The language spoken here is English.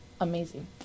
amazing